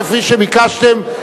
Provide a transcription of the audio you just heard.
כפי שביקשתם,